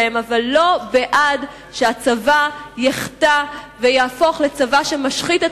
אבל לא בעד שהצבא יחטא ויהפוך לצבא שמשחית את